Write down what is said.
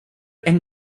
and